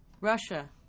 Russia